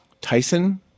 Tyson